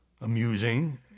amusing